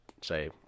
say